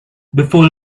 before